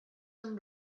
amb